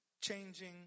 changing